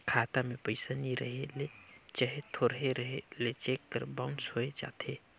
खाता में पइसा नी रहें ले चहे थोरहें रहे ले चेक हर बाउंस होए जाथे